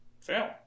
fail